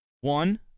One